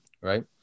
right